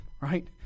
right